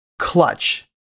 clutch